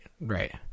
Right